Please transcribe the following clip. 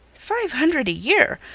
five hundred a year!